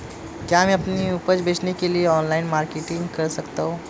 क्या मैं अपनी उपज बेचने के लिए ऑनलाइन मार्केटिंग कर सकता हूँ?